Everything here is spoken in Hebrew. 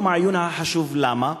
יום העיון היה חשוב, למה?